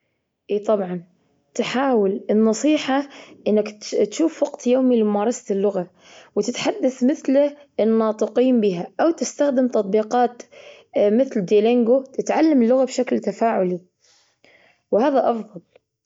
إيه طبعا تحاول، النصيحة أنك تشوف وقت يومي لممارسة اللغة وتتحدث مثله الناطقين بها أو تستخدم تطبيقات، مثلا ديلينجو تتعلم اللغة بشكل تفاعلي وهذا أفضل.